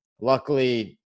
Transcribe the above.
Luckily